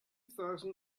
thousand